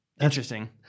interesting